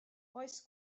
oes